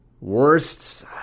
Worst